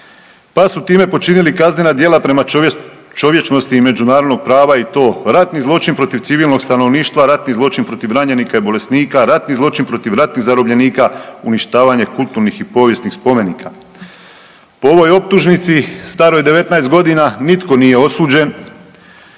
Pa su time počinili kaznena djela prema čovječnosti i međunarodnog prava i to ratni zločin protiv civilnog stanovništva, ratni zločin protiv ranjenika i bolesnika, ratni zločin protiv ratnih zarobljenika, uništavanje kulturnih i povijesnih spomenika. Po ovoj optužnici staroj 19.g. nitko nije osuđen,